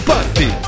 Party